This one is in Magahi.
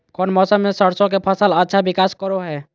कौन मौसम मैं सरसों के फसल अच्छा विकास करो हय?